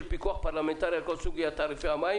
פיקוח פרלמנטרי על כל סוגיית תעריפי המים